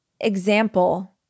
example